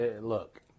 look –